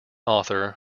author